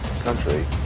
Country